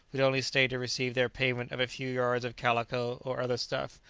would only stay to receive their payment of a few yards of calico or other stuff,